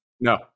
No